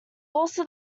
also